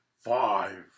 Five